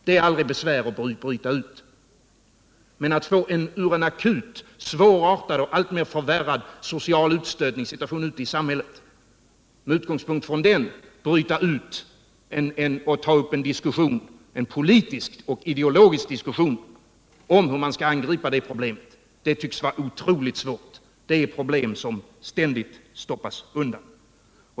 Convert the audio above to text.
Men att med utgångspunkt i en akut, svårartad och alltmer förvärrad social utstötningssituation i samhället bryta ut och ta upp en politisk och ideologisk diskussion om hur man skall angripa de problemen tycks vara otroligt svårt. Det är problem som ständigt stoppas undan.